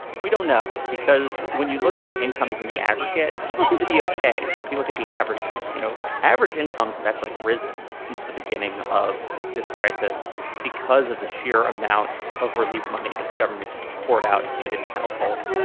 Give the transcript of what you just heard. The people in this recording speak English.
we don't know. because when you look at incomes in the aggregate, people seem to be ok. if you look at the averages, you know, average incomes have actually risen since the beginning of this crisis because of the sheer amount of relief money that the government has just poured out and handed to households.